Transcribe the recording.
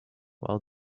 while